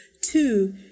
Two